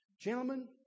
Gentlemen